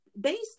Based